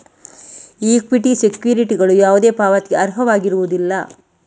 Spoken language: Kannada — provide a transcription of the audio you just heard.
ಈಕ್ವಿಟಿ ಸೆಕ್ಯುರಿಟಿಗಳು ಯಾವುದೇ ಪಾವತಿಗೆ ಅರ್ಹವಾಗಿರುವುದಿಲ್ಲ